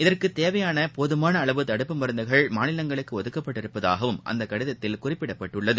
இதற்குத் தேவையான போதுமான அளவு தடுப்பு மருந்துகள் மாநிலங்களுக்கு ஒதுக்கப்பட்டுள்ளதாகவும் அந்த கடிதத்தில் குறிப்பிடப்பட்டுள்ளது